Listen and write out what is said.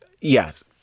yes